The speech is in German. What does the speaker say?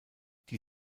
die